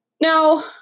Now